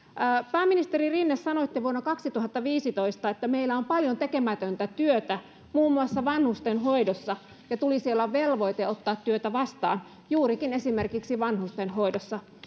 pääministeri rinne sanoitte vuonna kaksituhattaviisitoista että meillä on paljon tekemätöntä työtä muun muassa vanhustenhoidossa ja tulisi olla velvoite ottaa työtä vastaan juurikin esimerkiksi vanhustenhoidossa